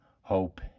hope